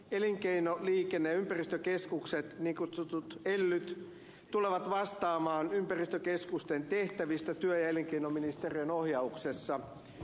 elinkeino liikenne ja ympäristökeskukset niin kutsutut elyt tulevat vastaamaan ympäristökeskusten tehtävistä työ ja elinkeinoministeriön ohjauksessa